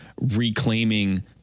reclaiming